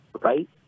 right